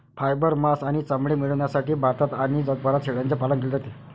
fibre, मांस आणि चामडे मिळविण्यासाठी भारतात आणि जगभरात शेळ्यांचे पालन केले जाते